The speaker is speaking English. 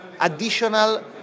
additional